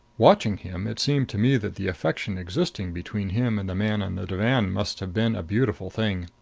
watching him, it seemed to me that the affection existing between him and the man on the divan must have been a beautiful thing.